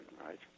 right